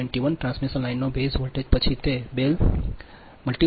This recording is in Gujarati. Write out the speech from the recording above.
તેથી હવે 121 ટ્રાન્સમિશન લાઇનનો બેઝ વોલ્ટેજ પછી તે બેલ 10